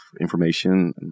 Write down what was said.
information